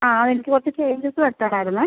ആ എനിക്ക് കുറച്ച് ചേഞ്ചസ് വരുത്തണമായിരുന്നു